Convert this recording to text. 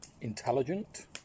intelligent